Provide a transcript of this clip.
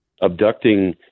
abducting